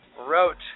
wrote